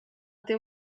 teu